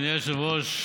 אדוני היושב-ראש,